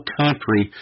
country